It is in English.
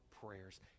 prayers